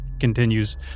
continues